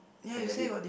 I have it